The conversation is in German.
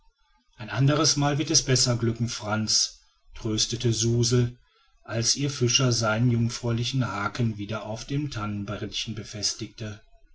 ein ander mal wird es besser glücken frantz tröstete suzel als ihr fischer seinen jungfräulichen haken wieder auf dem tannenbrettchen befestigte